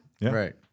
Right